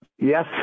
Yes